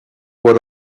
what